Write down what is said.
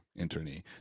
internee